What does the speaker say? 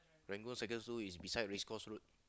Rangoon secondary school is beside East Coast Road